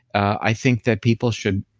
i think that people should